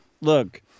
Look